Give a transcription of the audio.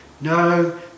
No